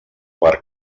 per